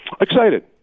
Excited